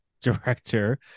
director